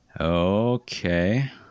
Okay